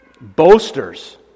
boasters